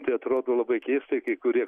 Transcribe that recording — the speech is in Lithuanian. tai atrodo labai keistai kai kurie